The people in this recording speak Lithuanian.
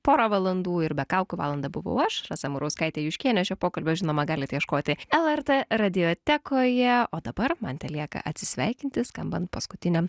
porą valandų ir be kaukių valandą buvau aš rasa murauskaitė juškienė šio pokalbio žinoma galit ieškoti lrt radiotekoje o dabar man telieka atsisveikinti skambant paskutiniam